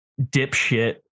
dipshit